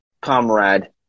comrade